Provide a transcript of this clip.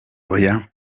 oya